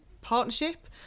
partnership